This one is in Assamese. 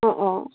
অঁ অঁ